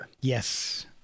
Yes